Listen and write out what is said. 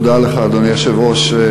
תודה לך, אדוני היושב-ראש.